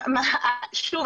שוב,